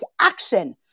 action